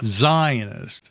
Zionist